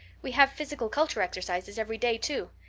we have physical culture exercises every day, too.